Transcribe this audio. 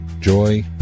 joy